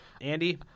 Andy